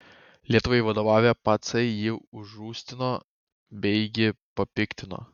lietuvai vadovavę pacai jį užrūstino beigi papiktino